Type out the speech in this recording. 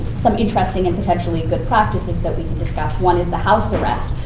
some interesting and potentially good practices that we can discuss one is the house arrest.